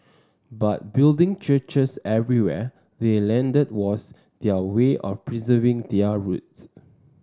but building churches everywhere they landed was their way of preserving their roots